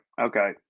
okay